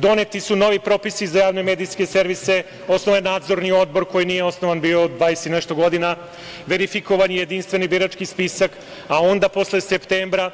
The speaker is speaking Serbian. Doneti su novi propisi za javne medijske servise, osnovan je Nadzorni odbor koji nije bio osnovan 20 i nešto godina, verifikovan je jedinstven birački spisak, a onda posle septembra